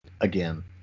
Again